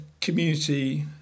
community